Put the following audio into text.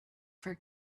for